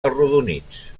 arrodonits